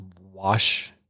wash